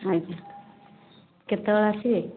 ଆଜ୍ଞା କେତେବେଳେ ଆସିବେ